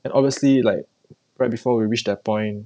and obviously like right before we reached that point